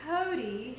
Cody